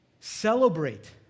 celebrate